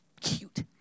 cute